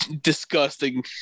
disgusting